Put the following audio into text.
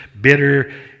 bitter